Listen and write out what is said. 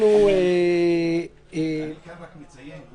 אני כאן רק מציין,